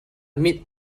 mit